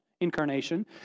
incarnation